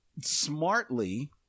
smartly